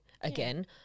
again